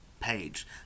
page